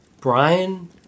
Brian